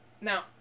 Now